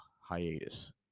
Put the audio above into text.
hiatus